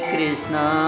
Krishna